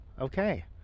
Okay